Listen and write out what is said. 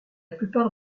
plupart